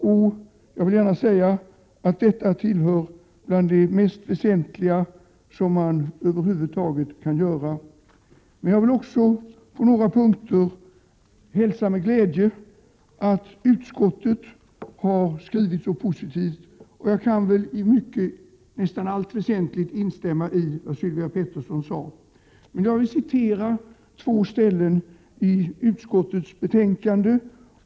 Och detta är bland det mest väsentliga man över huvud taget kan göra. Jag vill även på några punkter hälsa med glädje att utskottet har skrivit så positivt. Och jag kan i nästan allt väsentligt instämma i det som Sylvia Pettersson sade. Jag skall läsa upp två ställen i utskottets betänkande.